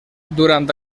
durant